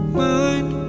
mind